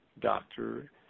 doctor